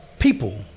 people